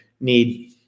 need